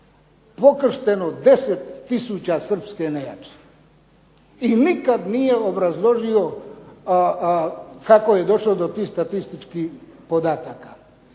pokršteno 10 tisuća srpske nejači i nikad nije obrazložio kako je došao do tih statističkih podataka.